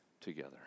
together